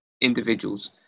individuals